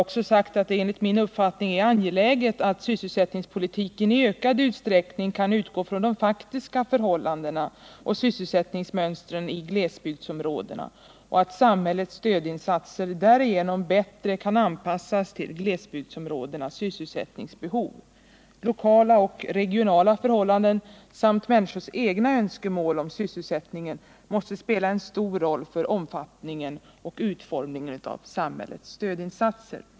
Det är enligt min uppfattning angeläget att sysselsättningspolitiken i ökad utsträckning kan utgå från de faktiska förhållandena och sysselsättningsmönstren i glesbygdsområdena och att samhällets stödinsatser därigenom bättre kan anpassas till glesbygdsområdenas sysselsättningsbehov. Lokala och regionala förhållanden samt människors egna önskemål om sysselsättning måste spela en stor roll för omfattningen och utformningen av samhällets stödinsatser.